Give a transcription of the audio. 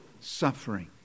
suffering